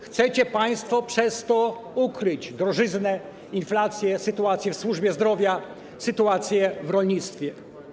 Chcecie państwo przez to ukryć drożyznę, inflację, sytuację w służbie zdrowia, sytuację w rolnictwie.